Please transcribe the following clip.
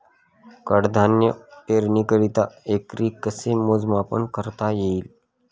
कडधान्य पेरणीकरिता एकरी कसे मोजमाप करता येईल?